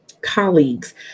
colleagues